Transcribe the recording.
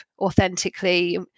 authentically